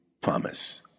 promise